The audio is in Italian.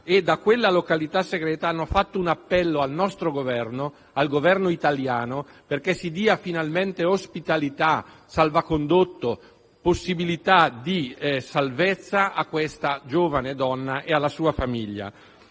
e da quella località segreta hanno fatto un appello al Governo italiano perché si dia finalmente ospitalità, salvacondotto e possibilità di salvezza a questa giovane donna e alla sua famiglia.